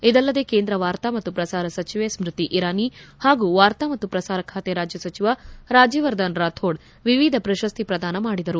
ಇದಲ್ಲದೆ ಕೇಂದ್ರ ವಾರ್ತಾ ಮತ್ತು ಪ್ರಸಾರ ಸಚಿವೆ ಸ್ತತಿ ಇರಾನಿ ಹಾಗೂ ವಾರ್ತಾ ಮತ್ತು ಪ್ರಸಾರ ಖಾತೆ ರಾಜ್ಯ ಸಚಿವ ರಾಜ್ಯವರ್ಧನ್ ರಾಥೋಡ್ ವಿವಿಧ ಪ್ರಶಸ್ತಿ ಪ್ರದಾನ ಮಾಡಿದರು